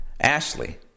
Ashley